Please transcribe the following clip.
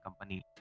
company